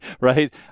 Right